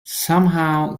somehow